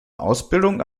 ausbildung